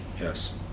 yes